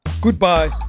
goodbye